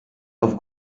auf